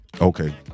Okay